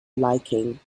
liking